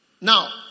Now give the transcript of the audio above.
now